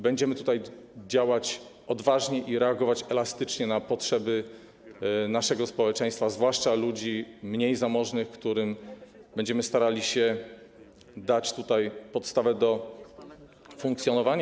Będziemy działać odważnie i reagować elastycznie na potrzeby naszego społeczeństwa, zwłaszcza ludzi mniej zamożnych, którym będziemy starali się dać podstawę do funkcjonowania.